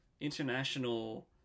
international